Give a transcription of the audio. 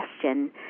question